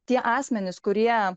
tie asmenys kurie